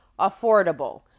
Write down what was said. affordable